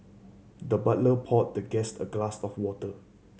the butler poured the guest a glass of water